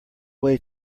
way